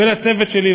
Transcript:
ולצוות שלי,